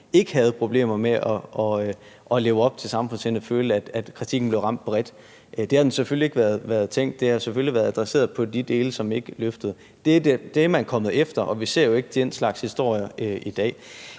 ikke havde problemer med at leve op til samfundssindet, følte, at kritikken ramte bredt. Men det har selvfølgelig ikke været tænkt sådan, for det har selvfølgelig været adresseret mod de dele, som ikke løftede. Det er man kommet efter, og vi ser jo ikke den slags historier i dag.